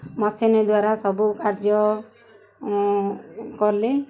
machine ଦ୍ୱାରା ସବୁ କାର୍ଯ୍ୟ କଲେ